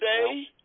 today